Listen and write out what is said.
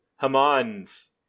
Haman's